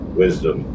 wisdom